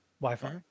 Wi-Fi